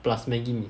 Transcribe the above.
plus Maggi mee